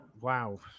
Wow